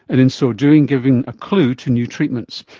and in so doing given a clue to new treatments.